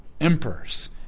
emperors